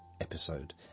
episode